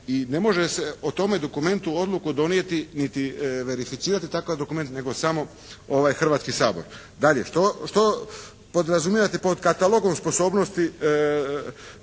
i ne može se o tomu dokumentu odluku donijeti niti verificirati takav dokument nego samo Hrvatski sabor. Dalje, što podrazumijevate pod katalogom sposobnosti